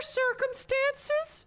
circumstances